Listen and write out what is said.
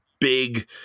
big